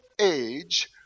age